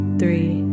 three